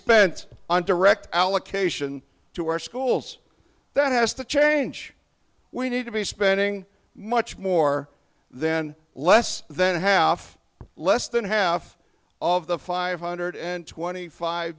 spent on direct allocation to our schools that has to change we need to be spending much more then less than half less than half of the five hundred and twenty five